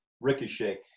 ricochet